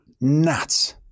Nuts